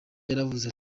yaravuze